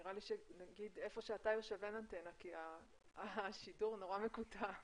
איפה נראה לי שאיפה שאתה יושב אין אנטנה כי השידור נורא מקוטע.